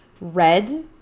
Red